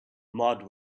mud